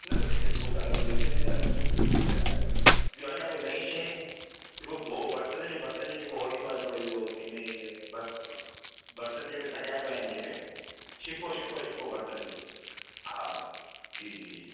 मिलंदो उहो त लॻंदो ई सिलैंडर त ॿियों अञा कोई नई शइ की वो बर्तन जो बर्तन जो जेको उहो थींदो आहे हिकिड़ो इहो जेमें ये बर्तन जंहिंमें सजाइबा आहिनि जंहिंमें छिको छिको छिको बर्तन जो हा जी जी जी